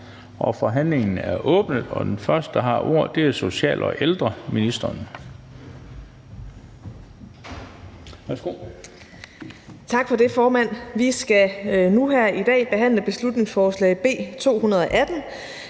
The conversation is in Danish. Forhandlingen er åbnet. Den første, der har ordet, er social- og ældreministeren.